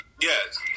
Yes